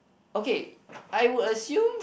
okay I would assume